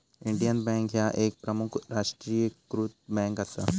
Indian bank ह्या एक प्रमुख राष्ट्रीयीकृत बँक असा